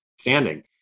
standing